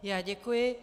Já děkuji.